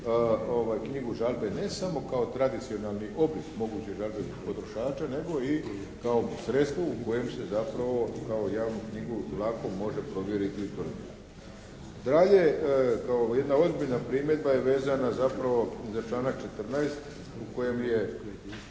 knjigu žalbe ne samo kao tradicionalni oblik moguće žalbe potrošača nego i kao sredstvo u kojem se zapravo kao javnu knjigu lako može provjeriti i utvrditi. Dalje kao jedna ozbiljna primjedba je vezana zapravo za članak 14. u kojem je